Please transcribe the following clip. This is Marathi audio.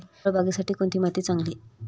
फळबागेसाठी कोणती माती चांगली?